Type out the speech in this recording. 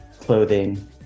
clothing